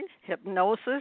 hypnosis